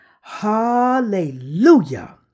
Hallelujah